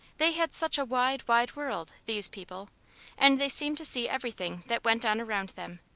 they had such a wide, wide world these people and they seemed to see everything that went on around them,